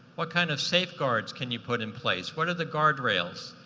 what kind of safeguards can you put in place? what are the guard rails?